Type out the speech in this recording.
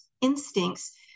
instincts